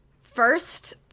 first